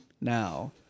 Now